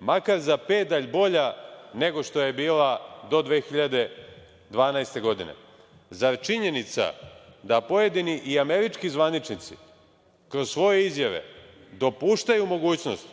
makar, za pedalj bolja nego što je bila do 2012. godine. Zar činjenica da pojedini i američki zvaničnici kroz svoje izjave dopuštaju mogućnost